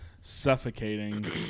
suffocating